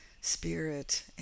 spirit